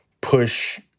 push